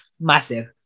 massive